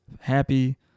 happy